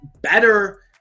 better